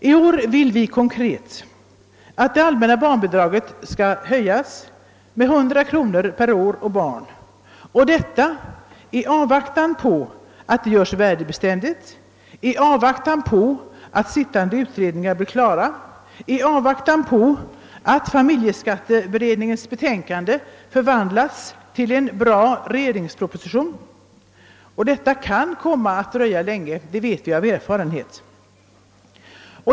I år vill vi konkret, att det allmänna barnbidraget höjes med 100 kronor per år och barn; i avvaktan på att bidraget göres värdebeständigt, i avvaktan på att arbetande utredningar blir klara och i avvaktan på att familjeskatteberedningens betänkande förvandlas till en bra regeringsproposition, vilket vi av erfarenhet vet kan komma att dröja länge.